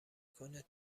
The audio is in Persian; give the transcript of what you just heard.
کنه